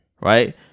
right